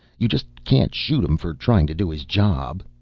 you just can't shoot him for trying to do his job.